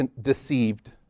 deceived